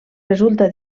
resulta